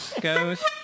goes